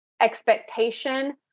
expectation